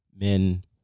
Men